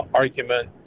argument